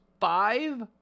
five